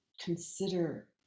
consider